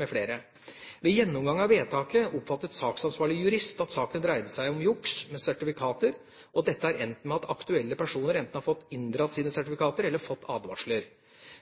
med flere. Ved gjennomgang av vedtaket oppfattet saksansvarlig jurist at saken dreide seg om juks med sertifikater og at dette har endt med at aktuelle personer enten har fått inndratt sine sertifikater eller fått advarsler.